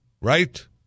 Right